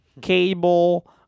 Cable